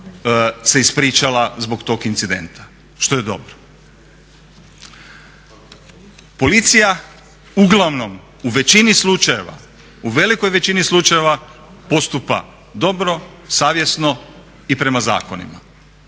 se ispričala zbog tog incidenta, što je dobro. Policija uglavnom u većini slučajeva, u velikoj većini slučajeva postupa dobro, savjesno i prema zakonima.